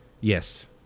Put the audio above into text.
Yes